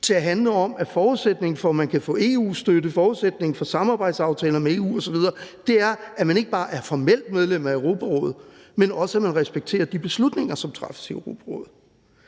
til at handle om, at forudsætningen for, at man kan få EU-støtte, forudsætningen for samarbejdsaftaler med EU osv. er, at man ikke bare er formelt medlem af Europarådet, men også at man respekterer de beslutninger, som træffes i Europarådet.